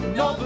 no